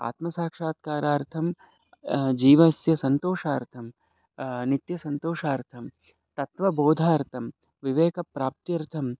आत्मसाक्षात्कारार्थं जीवस्य सन्तोषार्थं नित्यसन्तोषार्थं तत्त्वबोधार्थं विवेकप्राप्त्यर्थं